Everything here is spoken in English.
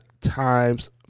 times